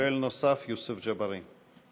שואל נוסף, יוסף ג'בארין.